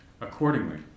Accordingly